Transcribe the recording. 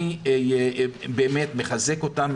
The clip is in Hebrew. אני באמת מחזק אותם,